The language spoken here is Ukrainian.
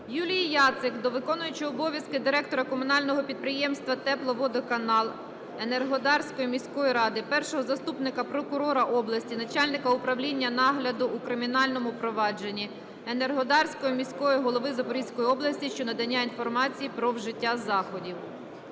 Юлії Яцик до виконуючого обов'язки директора Комунального підприємства "Тепловодоканал" Енергодарської міської ради, першого заступника прокурора області - начальника управління нагляду у кримінальному провадженні, Енергодарського міського голови Запорізької області щодо надання інформації та вжиття заходів.